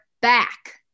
back